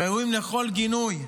ראויים לכל גינוי,